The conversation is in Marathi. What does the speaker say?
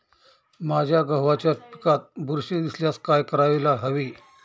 माझ्या गव्हाच्या पिकात बुरशी दिसल्यास काय करायला हवे?